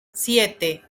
siete